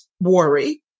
worry